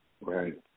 Right